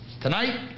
Tonight